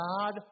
God